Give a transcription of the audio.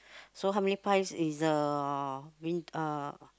so how many price is uh